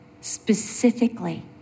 Specifically